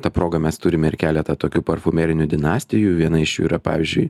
ta proga mes turime ir keletą tokių parfumerinių dinastijų viena iš jų yra pavyzdžiui